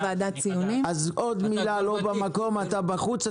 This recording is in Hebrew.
אז עוד מילה לא במקום אתה בחוץ,